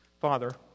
Father